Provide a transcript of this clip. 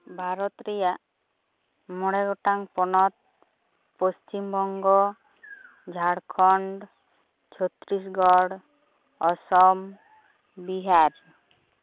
ᱵᱷᱟᱨᱚᱛ ᱨᱮᱭᱟᱜ ᱢᱚᱬᱮ ᱜᱚᱴᱟᱝ ᱯᱚᱱᱚᱛ ᱯᱚᱥᱪᱤᱢ ᱵᱚᱝᱜᱚ ᱡᱷᱟᱲᱠᱷᱚᱸᱰ ᱪᱷᱚᱛᱛᱨᱤᱥᱜᱚᱲ ᱚᱥᱚᱢ ᱵᱤᱦᱟᱨ